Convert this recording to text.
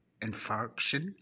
infarction